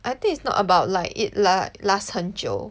I think it's not about I think it's not about like it la~ last 很久